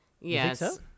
Yes